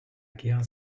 guerre